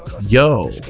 Yo